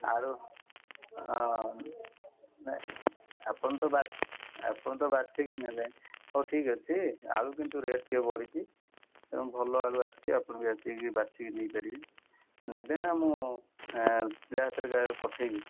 ଆଳୁ ନାହିଁ ଆପଣ ତ ବାଛି ଆପଣ ତ ବାଛିକି ନେଲେ ହଉ ଠିକ୍ ଅଛି ଆଳୁ କିନ୍ତୁ ରେଟ୍ ଟିକେ ବଢ଼ିଛି ତେଣୁ ଭଲ ଆଳୁ ଆସିଛି ଆପଣବି ଆସିକି ବାଛିକି ନେଇପାରିବେ ନେବେନା ମୁଁ ପିଲା ହାତରେ ପଠାଇବି